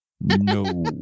No